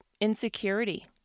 insecurity